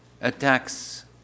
attacks